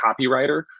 copywriter